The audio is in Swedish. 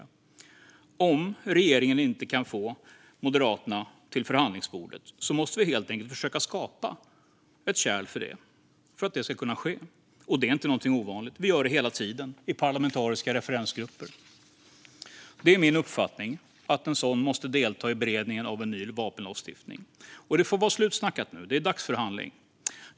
Om regeringen inte kan få Moderaterna att komma till förhandlingsbordet måste vi helt enkelt försöka skapa ett kärl för att det ska kunna ske. Det är inte något ovanligt. Det gör vi hela tiden i parlamentariska referensgrupper. Det är min uppfattning att en sådan måste delta i beredningen av en ny vapenlagstiftning. Det får vara slutsnackat nu. Det är dags för handling.